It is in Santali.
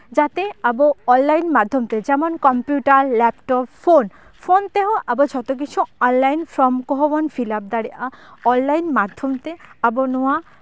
ᱡᱟᱛᱮ ᱟᱵᱚ ᱚᱱᱞᱟᱭᱤᱱ ᱢᱟᱫᱽᱫᱷᱚᱢ ᱛᱮ ᱡᱮᱢᱚᱱ ᱠᱚᱢᱯᱤᱭᱩᱴᱟᱨ ᱞᱮᱯᱴᱚᱯ ᱯᱷᱳᱱ ᱯᱷᱳᱱ ᱛᱮᱦᱚᱸ ᱟᱵᱚ ᱡᱷᱚᱛᱚ ᱠᱤᱪᱷᱩ ᱚᱱᱞᱟᱭᱤᱱ ᱯᱷᱚᱨᱚᱢ ᱠᱚᱦᱚᱸ ᱵᱚᱱ ᱯᱷᱤᱞᱟᱯ ᱫᱟᱲᱮᱭᱟᱜᱼᱟ ᱚᱱᱞᱟᱭᱤᱱ ᱢᱟᱫᱽᱫᱷᱚᱢ ᱛᱮ ᱟᱵᱚ ᱱᱚᱣᱟ